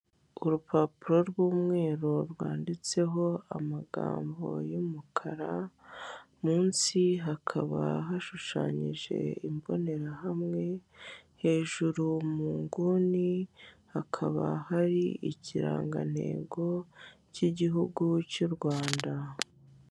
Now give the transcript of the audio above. Urupapuro rw'umweru, rwanditse ho amagambo y'umukara, munsi hakaba hashushanyije imbonerahamwe, hejuru mu nguni hakaba hari ikirangantego k'igihugu cy'u Rwanda.